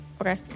Okay